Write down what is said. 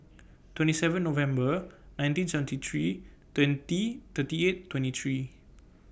twenty seven November nineteen seventy three twenty thirty eight twenty three